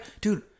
dude